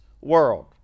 world